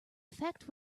effect